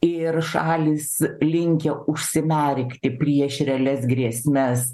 ir šalys linkę užsimerkti prieš realias grėsmes